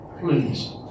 Please